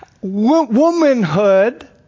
Womanhood